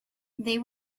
they